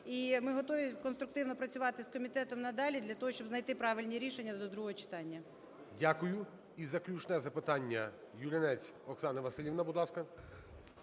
І ми готові конструктивно працювати з комітетом надалі для того, щоб знайти правильні рішення до другого читання. ГОЛОВУЮЧИЙ. Дякую. І заключне запитання – Юринець Оксана Василівна, будь ласка.